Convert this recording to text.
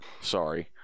Sorry